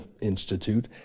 Institute